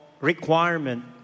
Requirement